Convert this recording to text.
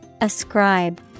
Ascribe